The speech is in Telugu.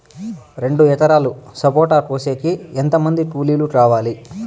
రెండు ఎకరాలు సపోట కోసేకి ఎంత మంది కూలీలు కావాలి?